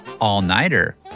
all-nighter